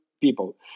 people